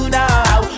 now